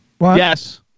Yes